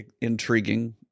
intriguing